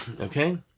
okay